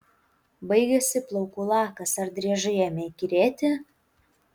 baigėsi plaukų lakas ar driežai ėmė įkyrėti